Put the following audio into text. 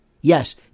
yes